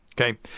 Okay